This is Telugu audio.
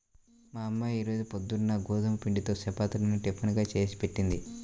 మా అమ్మ ఈ రోజు పొద్దున్న గోధుమ పిండితో చపాతీలను టిఫిన్ గా చేసిపెట్టింది